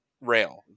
rail